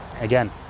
Again